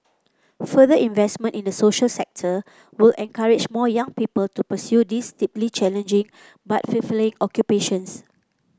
further investment in the social sector will encourage more young people to pursue these deeply challenging but fulfilling occupations